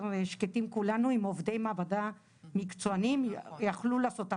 שקטים כולנו אם עובדי מעבדה מקצוענים יכלו לעשות,